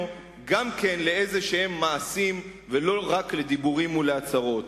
גם למעשים כלשהם ולא רק לדיבורים ולהצהרות.